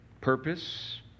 purpose